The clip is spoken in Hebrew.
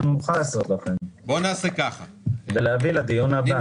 אני מוכן לעשות לכם ולהביא לדיון הבא.